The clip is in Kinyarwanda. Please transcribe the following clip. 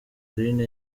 aline